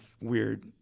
weird